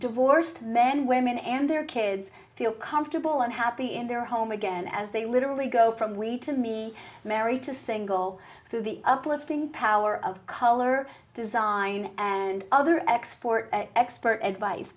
divorced men women and their kids feel comfortable and happy in their home again as they literally go from weed to be married to single through the uplifting power of color design and other export expert advice